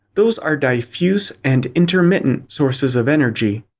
those are diffuse and intermittent sources of energy.